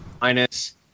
minus